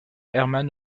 hermann